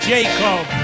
Jacob